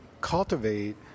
cultivate